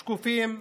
שקופים,